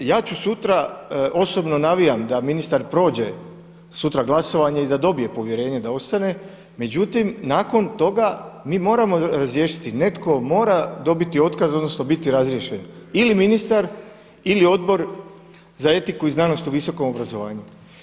Ja ću sutra, osobno navijam da ministar prođe sutra glasovanje i da dobije povjerenje da ostane, međutim nakon toga mi moramo razriješiti, netko mora dobiti otkaz odnosno biti razriješen ili ministar ili Odbor za etiku i znanost u visokom obrazovanju.